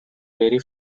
vary